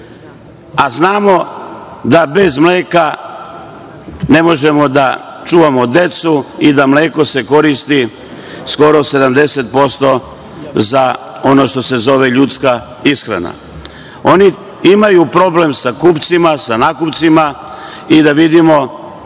Znamo da bez mleka ne možemo da čuvamo decu i da se mleko koristi skoro 70% za ono što se zove ljudska ishrana. Oni imaju problem sa kupcima, sa nakupcima i treba da vidimo